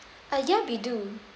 ah yeah we do